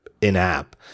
in-app